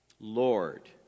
Lord